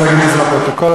אציין את זה לפרוטוקול,